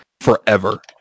forever